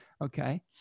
okay